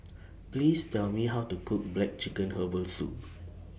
Please Tell Me How to Cook Black Chicken Herbal Soup